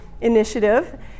initiative